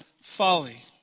folly